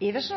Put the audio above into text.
Iversen.